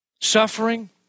Suffering